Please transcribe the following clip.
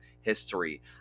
history